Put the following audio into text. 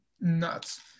nuts